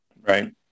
Right